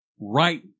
right